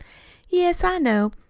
yes, i know.